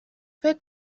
فکر